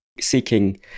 seeking